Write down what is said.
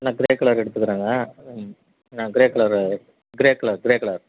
நான் grey colour எடுத்துக்கிறங்க ம் நான் grey colour uh grey colour grey colour